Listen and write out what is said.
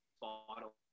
bottle